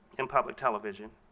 in public television,